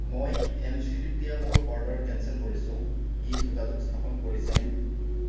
মই M C ডিত দিয়া মোৰ অৰ্ডাৰ কেঞ্চেল কৰিছোঁ ই যোগাযোগ স্থাপন কৰিছেনে